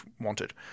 wanted